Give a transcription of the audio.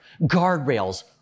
Guardrails